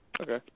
Okay